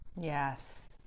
Yes